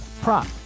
prop